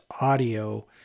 audio